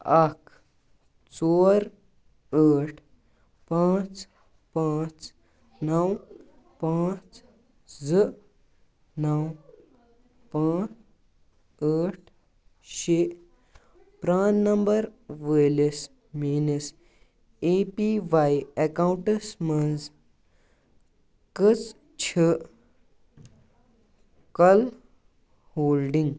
اکھ ژور ٲٹھ پانٛژھ پانٛژھ نَو پانٛژھ زٕ نَو پانٛژھ ٲٹھ شےٚ پرٛان نمبر وٲلِس میٛٲنِس اے پی وائی ایٚکاونٛٹس مَنٛز کٔژچھِ کل ہولڈنٛگ